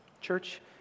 Church